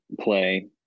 play